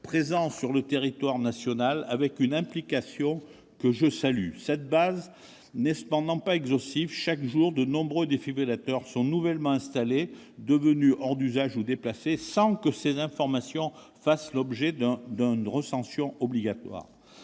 présents sur le territoire national, avec une implication que je salue. Cette base n'est cependant pas exhaustive : chaque jour, de nombreux défibrillateurs sont nouvellement installés, devenus hors d'usage ou déplacés, sans que ces informations fassent l'objet d'un recensement obligatoire.